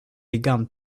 began